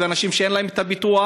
ואנשים שאין להם ביטוח.